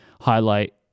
highlight